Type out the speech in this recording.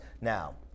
Now